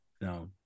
No